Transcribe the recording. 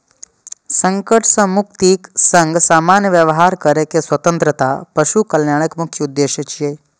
संकट सं मुक्तिक संग सामान्य व्यवहार करै के स्वतंत्रता पशु कल्याणक मुख्य उद्देश्य छियै